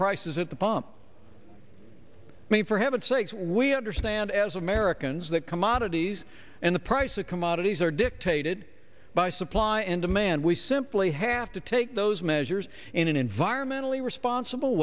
prices at the pump i mean for heaven's sakes we understand as americans that commodities and the price of commodities are dictated by supply and demand we simply have to take those measures in an environmentally responsible